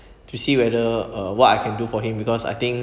to see whether uh what I can do for him because I think